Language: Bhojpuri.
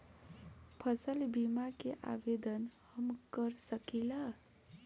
फसल बीमा के आवेदन हम कर सकिला?